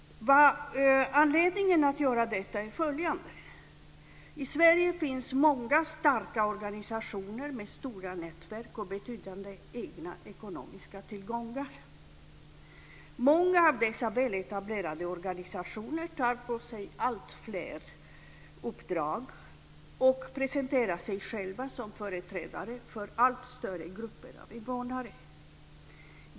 Anledningen till detta är följande. I Sverige finns många starka organisationer med stora nätverk och betydande egna ekonomiska tillgångar. Många av dessa väletablerade organisationer tar på sig alltfler uppdrag och presenterar sig själva som företrädare för allt större grupper av invånare.